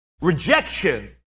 Rejection